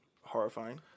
horrifying